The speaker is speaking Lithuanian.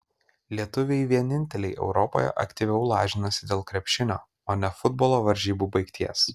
lietuviai vieninteliai europoje aktyviau lažinasi dėl krepšinio o ne futbolo varžybų baigties